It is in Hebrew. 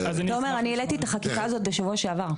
תומר, אני העליתי את החקיקה הזאת בשבוע שעבר.